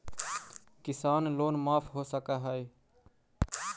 किसान लोन माफ हो सक है?